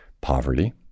poverty